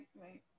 right